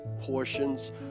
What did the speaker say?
portions